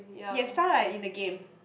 yes sound like in the game